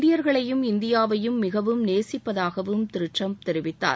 இந்தியர்களையும் இந்தியாவையும் மிகவும் நேசிப்பதாகவும் திரு டிரம்ப் தெரிவித்தார்